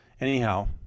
Anyhow